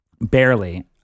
barely